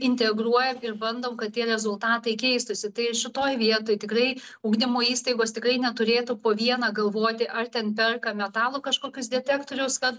integruojam ir bandom kad tie rezultatai keistųsi tai ir šitoj vietoj tikrai ugdymo įstaigos tikrai neturėtų po vieną galvoti ar ten perka metalo kažkokius detektorius kad